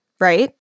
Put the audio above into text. right